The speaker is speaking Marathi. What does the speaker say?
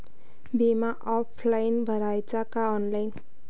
बिमा ऑफलाईन भराचा का ऑनलाईन?